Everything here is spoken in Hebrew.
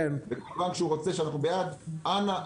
ואנו בעד - אנא,